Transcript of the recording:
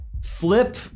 flip